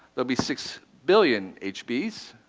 there'll be six billion hbs.